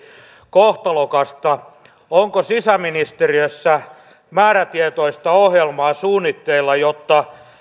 kohtalokasta onko sisäministeriössä määrätietoista ohjelmaa suunnitteilla jotta